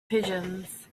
pigeons